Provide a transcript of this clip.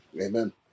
Amen